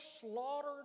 slaughtered